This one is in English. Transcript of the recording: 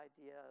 idea